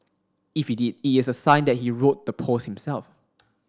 if he did it is a sign that he wrote the post himself